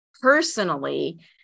personally